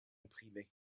imprimés